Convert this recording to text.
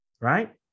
Right